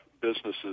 businesses